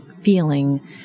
feeling